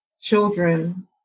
children